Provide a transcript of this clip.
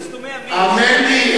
האמן לי,